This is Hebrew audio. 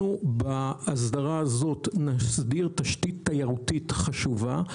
בהסדרה הזאת נסדיר תשתית תיירותית חשובה.